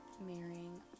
marrying